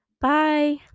bye